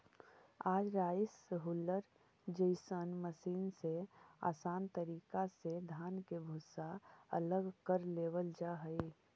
आज rice huller जइसन machine से आसान तरीका से धान के भूसा अलग कर लेवल जा हई